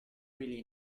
really